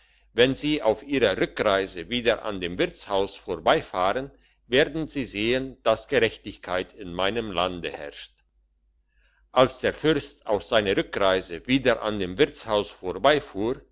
wenn sie auf ihrer rückreise wieder an dem wirtshaus vorbeifahren werden sie sehen dass gerechtigkeit in meinem lande herrscht als der fürst auf seiner rückreise wieder an dem wirtshaus vorbeifuhr